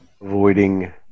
avoiding